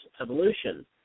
evolution